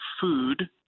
food